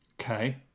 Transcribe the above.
Okay